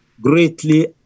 greatly